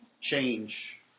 change